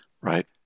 right